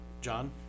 John